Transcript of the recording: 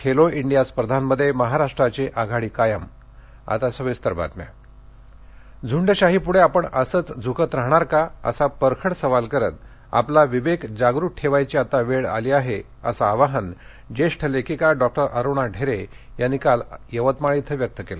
Khelo India स्पर्धांमध्ये महाराष्ट्राची आघाडी कायम साहित्य संमेलन यवतमाळ झंडशाहीपुढे आपण असंच झकत राहणार का असा परखड सवाल करत आपला विवेक जागृत ठेवायची आता वेळ आली आहे असं अवाहन ज्येष्ठ लेखिका डॉ अरुणा ढेरे यांनी काल यवतमाळ इथं व्यक्त केली